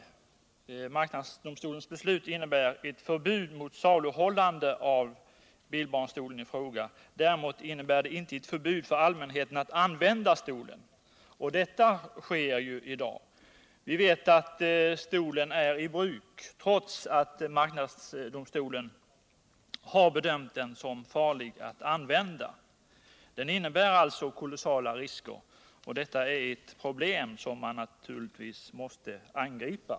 30 maj 1978 Marknadsdomstolens beslut innebär ett förbud mot saluhållande av bilbarnstolen i fråga. Däremot innebär det inte ett förbud för allmänheten att — Oj» åtgärder för använda stolen, och vi vet att stolen är i bruk trots att marknadsdomstolen att förbjuda anhar bedömt den som farlig. Att använda stolen innebär alltså kolossala risker vändningen av viss och detta är ett problem som man naturligtvis måste angripa.